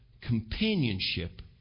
companionship